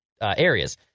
areas